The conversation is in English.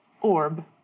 orb